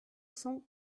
cent